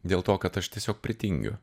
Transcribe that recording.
dėl to kad aš tiesiog pritingiu